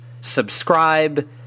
subscribe